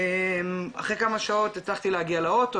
אחרי כמה שעות הצלחתי להגיע לאוטו,